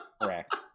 Correct